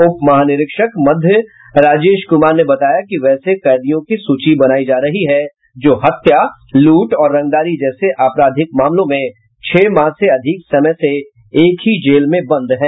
उप महानिरीक्षक मध्य राजेश कुमार ने बताया कि वैसे कैदियों की सूची बनायी जा रही है जो हत्या लूट और रंगदारी जैसे अपराधिक मामलों में छह माह से अधिक समय से एक ही जेल में बंद है